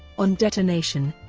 on detonation,